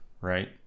right